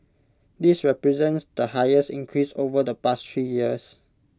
this represents the highest increase over the past three years